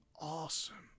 awesome